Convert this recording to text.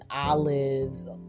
olives